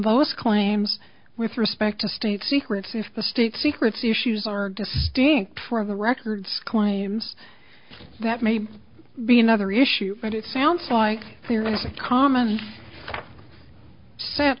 both claims with respect to state secrets if the state secrets the issues are distinct from the records claims that may be another issue but it sounds like